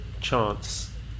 chance